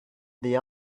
the